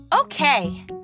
Okay